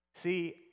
See